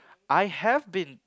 I have been